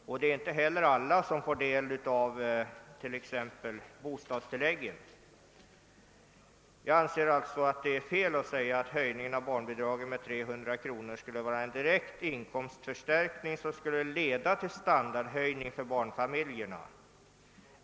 Alla får inte heller del av t.ex. bostadstilläggen. Jag anser det därför vara fel att säga att höjningen av barnbidraget med 300 kronor skulle vara en direkt inkomstförstärkning som leder till en standardhöjning för barnfamiljerna.